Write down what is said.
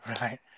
Right